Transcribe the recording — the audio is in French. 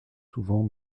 souvent